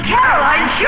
Caroline